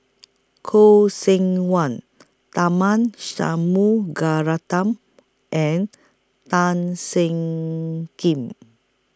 Khoo Seok Wan Tharman Shanmugaratnam and Tan Seng Kim